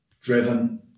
driven